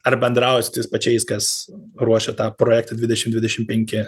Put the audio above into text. ar bendrauja su pačiais kas ruošia tą projektą dvidešim dvidešim penki